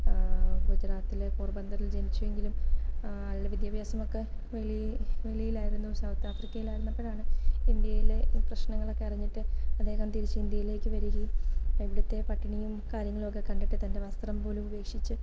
ഗുജറാത്തിലെ പോർബന്തറിൽ ജനിച്ചെങ്കിലും ആളുടെ വിദ്യാഭ്യാസം ഒക്കെ വെളിയിൽ വെളിയിലായിരുന്നു സൗത്ത് ആഫ്രിക്കയിലായിരുന്നപ്പോഴാണ് ഇന്ത്യയിലെ പ്രശ്നങ്ങളൊക്കെ അറിഞ്ഞിട്ട് അദ്ദേഹം തിരിച്ച് ഇന്ത്യയിലേക്ക് വരികയും ഇവിടുത്തെ പട്ടിണിയും കാര്യങ്ങളൊക്കെ കണ്ടിട്ട് തൻ്റെ വസ്ത്രംപോലും ഉപേക്ഷിച്ച്